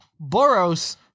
Boros